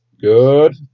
Good